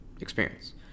experience